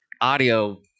audio